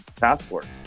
passport